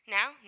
Now